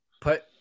put